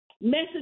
Message